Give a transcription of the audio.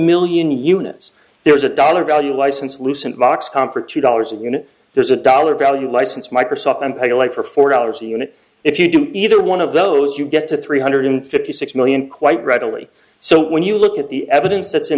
million units there was a dollar value license lucent vox com for two dollars a unit there's a dollar value license microsoft and paid alike for four dollars a unit if you do either one of those you get to three hundred fifty six million quite readily so when you look at the evidence that's in